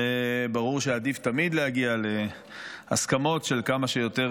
וברור שעדיף תמיד להגיע להסכמות של כמה שיותר